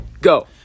Go